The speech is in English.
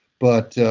but,